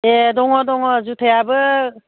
ए दङ दङ जुथायाबो